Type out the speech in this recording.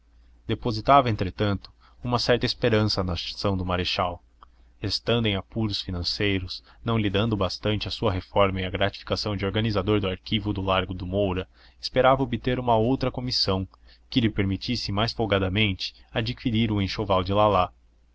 depositava entretanto uma certa esperança na ação do marechal estando em apuros financeiros não lhe dando o bastante a sua reforma e a gratificação de organizador do arquivo do largo do moura esperava obter uma outra comissão que lhe permitisse mais folgadamente adquirir o enxoval de lalá